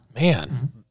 man